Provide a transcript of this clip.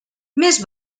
més